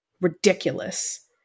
ridiculous